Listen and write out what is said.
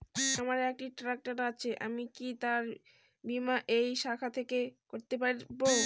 আমার একটি ট্র্যাক্টর আছে আমি কি তার বীমা এই শাখা থেকে করতে পারব?